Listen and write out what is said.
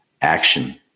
action